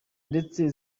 ndetse